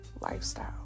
lifestyle